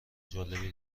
جالبی